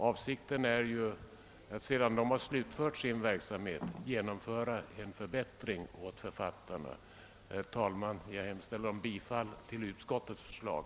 Avsikten är ju att när denna utredning slutfört sin verksamhet genomföra en förbättring för författarna. Herr talman! Jag hemställer om bifall till utskottets förslag.